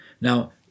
Now